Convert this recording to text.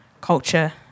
culture